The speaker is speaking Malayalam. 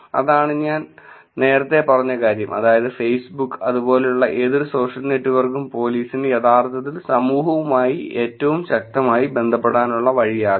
ഇതാണ് ഞാൻ നേരത്തേ പറഞ്ഞ കാര്യം അതായത് ഫേസ്ബുക്ക് അതുപോലുള്ള ഏതൊരു സോഷ്യൽ നെറ്റ്വർക്കും പോലീസിന് യഥാർത്ഥത്തിൽ സമൂഹവുമായി ഏറ്റവും ശക്തമായി ബന്ധപ്പെടാനുള്ള വഴിയാകാം